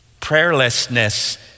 Prayerlessness